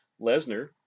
Lesnar